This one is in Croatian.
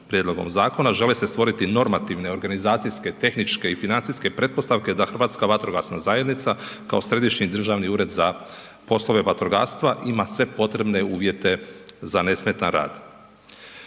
prijedlogom zakona žele se stvoriti normativne, organizacijske, tehničke i financijske pretpostavke da Hrvatska vatrogasna zajednica kao središnji državni ured za poslove vatrogastva ima sve potrebne uvjete za nesmetan rad.